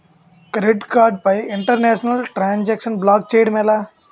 Credit card పై international transaction block చేయటం ఎలా?